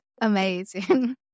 amazing